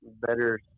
better